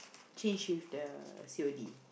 change with the C_O_D